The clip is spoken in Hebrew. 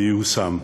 שהוא ייושם.